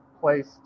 place